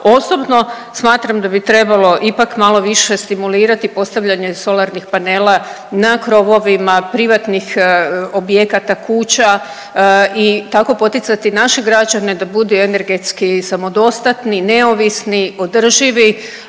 Osobno smatram da bi trebalo ipak malo više stimulirati postavljanje solarnih panela na krovovima privatnih objekata, kuća i tako poticati naše građane da budu energetski samodostatni, neovisni, održivi.